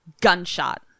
gunshot